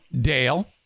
Dale